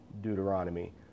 Deuteronomy